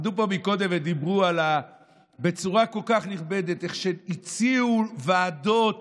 עמדו פה קודם ודיברו בצורה כל כך נכבדת איך שהציעו ועדות